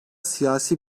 siyasi